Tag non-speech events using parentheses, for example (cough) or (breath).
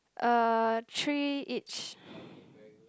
uh three each (breath)